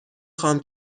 خوام